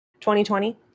2020